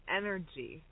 energy